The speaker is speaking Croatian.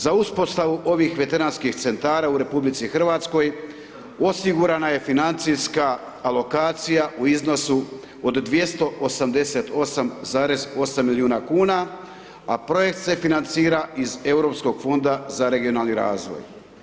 Za uspostavu ovih Veteranskih Centara u RH osigurana je financijska alokacija u iznosu od 288,8 milijuna kuna, a projekt se financira iz Europskog Fonda za regionalni razvoj.